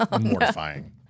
Mortifying